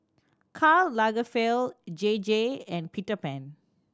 Karl Lagerfeld J J and Peter Pan